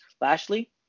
Lashley